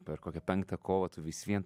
per kokią penktą kovą tu vis vien